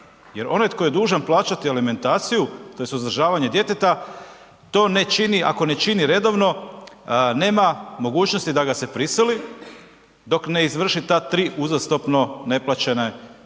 jer onaj tko je dužan plaćati alimentaciju tj. uzdržavanje djeteta to ne čini, ako ne čini redovno nema mogućnosti da ga se prisili dok ne izvrši ta tri uzastopno neplaćene, te